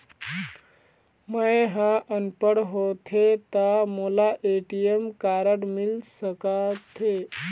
मैं ह अनपढ़ होथे ता मोला ए.टी.एम कारड मिल सका थे?